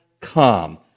come